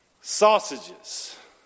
sausages